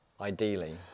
Ideally